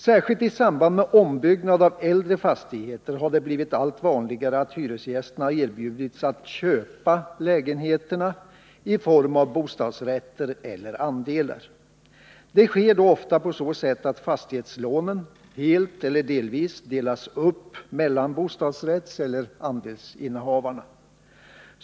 Särskilt i samband med ombyggnad av äldre fastigheter har det blivit allt vanligare att hyresgästerna har erbjudits att ”köpa” lägenheterna i form av bostadsrätter eller andelar. Det sker då ofta på så sätt att fastighetslånen — helt eller delvis — delas upp mellan bostadsrättseller andelsinnehavarna.